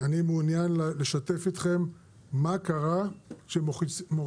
אני מעוניין לשתף אתכם מה קרה שמורידים